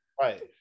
Right